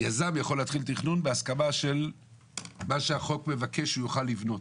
יזם יכול להתחיל תכנון בהסכמה של מה שהחוק מבקש הוא יוכל לבנות.